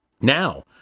Now